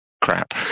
crap